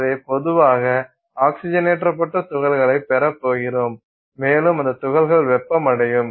எனவே பொதுவாக ஆக்ஸிஜனேற்றப்பட்ட துகள்களைப் பெறப் போகிறோம் மேலும் அந்தத் துகள்கள் வெப்பமடையும்